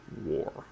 war